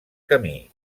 camí